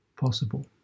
possible